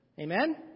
Amen